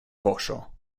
poŝo